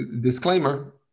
disclaimer